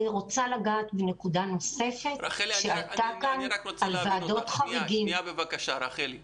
אני רוצה להעלות נקודה נוספת שעלתה כאן על ועדות חריגים -- רחל,